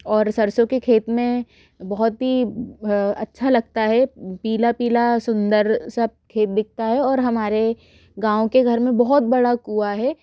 और सरसों के खेत में बहुत ही अच्छा लागता है पीला पीला सुंदर सब खेत दिखाता है और हमारे गाँव के घर में बहुत बड़ा कुआँ है